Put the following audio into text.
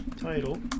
title